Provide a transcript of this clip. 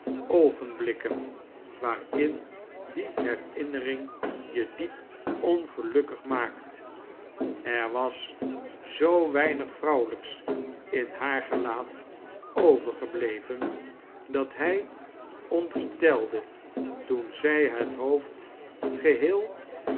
oogenblikken waarin die herinnering je diep ongelukkig miaakt er was zoo weinig vrouwelijks in haar gelaat overgebleven dat hij ontstelde toen zij het hoofd geheel